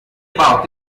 about